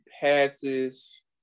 passes